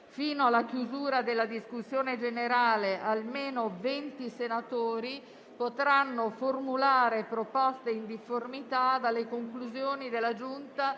fino alla chiusura della discussione, almeno venti senatori possono formulare proposte in difformità dalle conclusioni della Giunta